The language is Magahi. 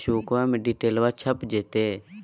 पासबुका में डिटेल्बा छप जयते?